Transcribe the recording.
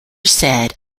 said